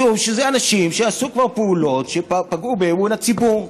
משום שאלה אנשים שעשו כבר פעולות שפגעו באמון הציבור.